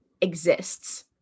exists